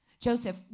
Joseph